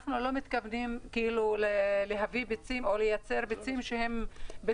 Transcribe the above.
אנחנו לא מתכוונים להביא ביצים או לייצר ביצים בתנאים